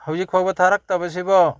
ꯍꯧꯖꯤꯛ ꯐꯥꯎꯕ ꯊꯥꯔꯛꯇꯕꯁꯤꯕꯣ